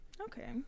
Okay